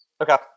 Okay